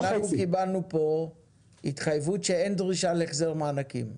קיבלנו פה התחייבות שאין דרישה להחזר מענקים.